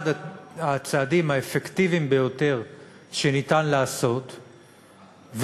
אחד הצעדים האפקטיביים ביותר שאפשר לעשות,